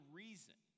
reason